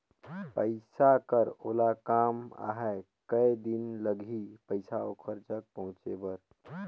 पइसा कर ओला काम आहे कये दिन लगही पइसा ओकर जग पहुंचे बर?